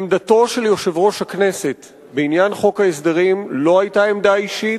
עמדתו של יושב-ראש הכנסת בעניין חוק ההסדרים לא היתה עמדה אישית.